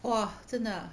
!whoa! 真的